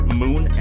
moon